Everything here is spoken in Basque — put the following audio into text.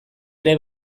ere